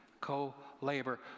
co-labor